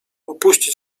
opuścić